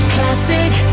Classic